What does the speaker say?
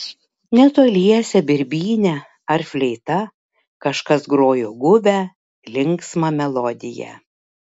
netoliese birbyne ar fleita kažkas grojo guvią linksmą melodiją